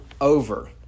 over